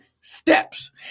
steps